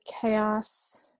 chaos